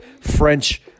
French